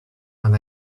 and